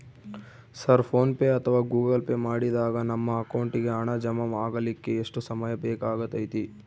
Sir PhonePe ಅಥವಾ Google pay ಮಾಡಿದಾಗ ನಮ್ಮ ಅಕೌಂಟಿಗೆ ಹಣ ಜಮಾ ಆಗಲಿಕ್ಕೆ ಎಷ್ಟು ಸಮಯ ಬೇಕಾಗತೈತಿ?